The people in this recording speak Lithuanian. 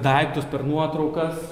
daiktus per nuotraukas